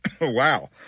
wow